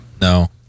No